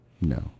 No